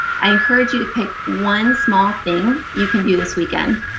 i encourage you to pick one small thing you can do this weekend,